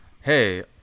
Hey